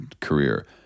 career